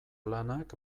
lanak